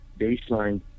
baseline